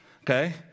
okay